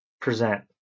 present